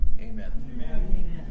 amen